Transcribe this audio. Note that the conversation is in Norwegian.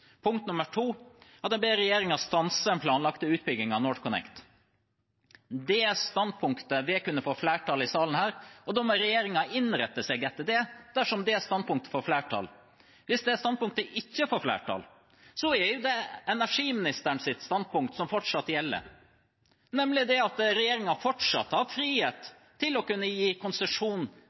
at en ber regjeringen stanse den planlagte utbyggingen av NorthConnect. Det standpunktet vil kunne få flertall i denne salen, og da må regjeringen innrette seg etter det, dersom det standpunktet får flertall. Hvis det standpunktet ikke får flertall, er det energiministerens standpunkt som fortsatt gjelder, nemlig at regjeringen fortsatt har frihet til å gi konsesjon